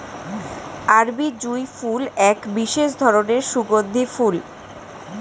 আরবি জুঁই ফুল একটি বিশেষ ধরনের সুগন্ধি ফুল